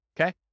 Okay